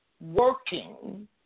working